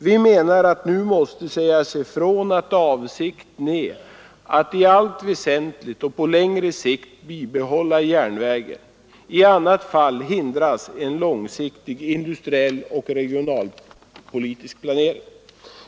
Vi menar att det nu måste sägas ifrån att avsikten är att i allt väsentligt och på längre sikt bibehålla järnvägen. I annat fall hindras en långsiktig industriell och regionalpolitisk planering.